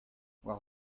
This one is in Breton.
war